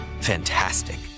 fantastic